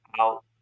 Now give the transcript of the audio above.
out